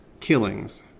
killings